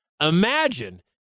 Imagine